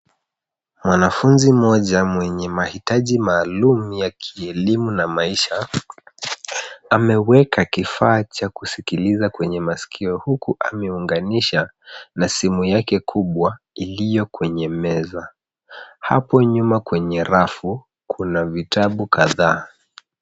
Mwanafunzi mmoja mwenye mahitaji maalum ya kielimu na maisha ameweka kifaa cha kusikiliza kwenye masikio huku ameunganisha na simu yake kubwa iliyo kwenye meza. Hapo nyuma kwenye rafu kuna vitabu kadhaa.